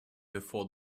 before